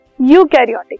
eukaryotic